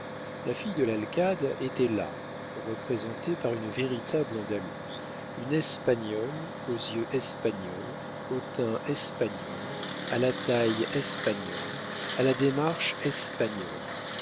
la fille de l'alcade était là représentée par une véritable andalouse une espagnole aux yeux espagnols au teint espagnol à la taille espagnole à la démarche espagnole